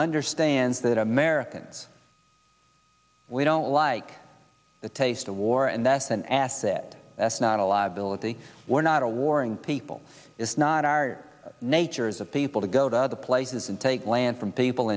understands that americans we don't like the taste of war and that's an asset that's not a liability we're not a warring people it's not our natures of people to go to other places and take land from people